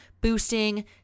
boosting